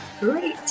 great